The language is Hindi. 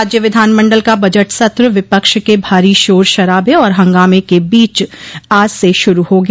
राज्य विधानमंडल का बजट सत्र विपक्ष के भारी शोर शराबे और हंगामे के बीच आज से शुरू हो गया